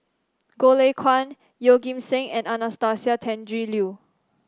Goh Lay Kuan Yeoh Ghim Seng and Anastasia Tjendri Liew